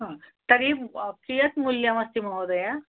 हा तर्हि कियत् मूल्यमस्ति महोदया